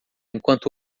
enquanto